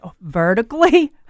Vertically